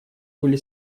были